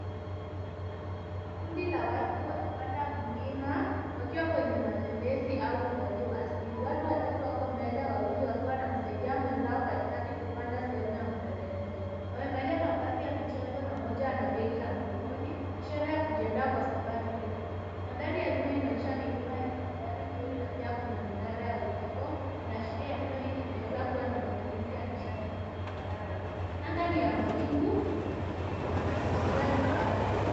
Ni kundi la watu wakipanda mlima, wakiwa kwenye matembezi au utalii wa asili. Watu watatu wako mbele, wawili wakiwa wanamsaidia mwenzao katikati kupanda sehemu ya mteremko. Wamevalia mavazi ya michezo na mmoja ana begi la mgongoni, ishara ya kujiandaa kwa safari ndefu. Mandhari ya nyuma inaonyesha milima yenye mandhari nzuri na pia kuna minara ya upepo, inaashiria eneo hili linaweza kuwa na matumizi ya nishati mbadala. Anga ni ya mawingu na mazingira ni safi.